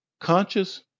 Conscious